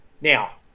Now